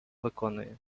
виконує